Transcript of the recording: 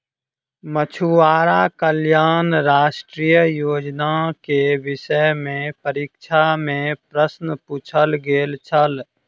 मछुआरा कल्याण राष्ट्रीय योजना के विषय में परीक्षा में प्रश्न पुछल गेल छल